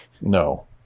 No